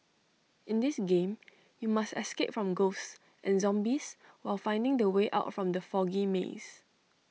in this game you must escape from ghosts and zombies while finding the way out from the foggy maze